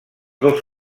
dos